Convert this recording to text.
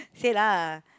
say lah